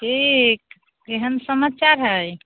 की केहन समाचार हइ